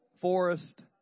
forest